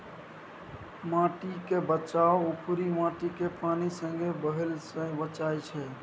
माटिक बचाउ उपरी माटिकेँ पानि संगे बहय सँ बचाएब छै